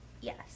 Yes